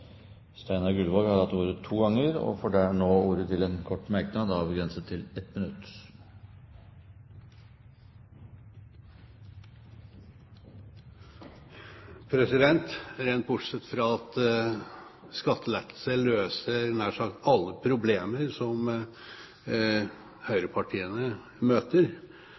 Steinar Gullvåg har hatt ordet to ganger tidligere og får ordet til en kort merknad, avgrenset til 1 minutt. Rent bortsett fra at skattelettelser nær sagt løser alle problemer som høyrepartiene møter,